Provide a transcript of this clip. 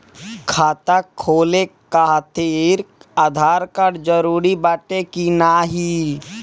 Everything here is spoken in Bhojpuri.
खाता खोले काहतिर आधार कार्ड जरूरी बाटे कि नाहीं?